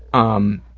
um,